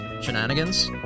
Shenanigans